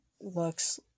looks